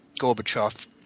Gorbachev –